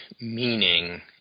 meaning